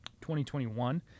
2021